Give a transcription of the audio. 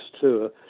tour